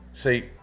See